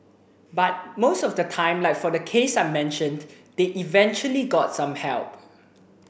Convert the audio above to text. but most of the time like for the case I mentioned they eventually got some help